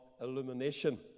illumination